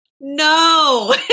No